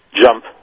jump